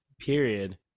period